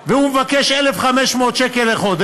לפחות.